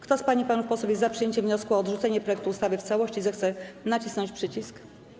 Kto z pań i panów posłów jest za przyjęciem wniosku o odrzucenie projektu ustawy w całości, zechce nacisnąć przycisk.